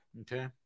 Okay